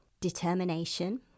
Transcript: determination